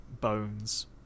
bones